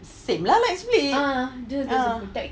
same lah like split